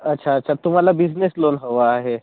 अच्छाअच्छा तुम्हाला business loan हवं आहे